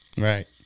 Right